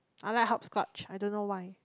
I like hopscotch I don't know why